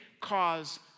cause